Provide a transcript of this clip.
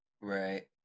right